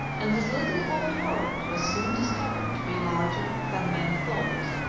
and this little old world was soon discovered to be larger than men thought.